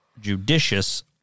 judicious